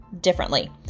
differently